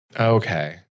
Okay